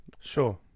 sure